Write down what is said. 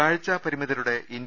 കാഴ്ചാ പരിമിതരുടെ ഇന്ത്യ